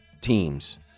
teams